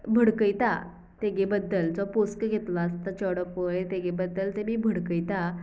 भडकयता तेगे बद्दल जो पोसको घेतलो आसता चेडो पळय तेजे बद्दल तेमी भडकयता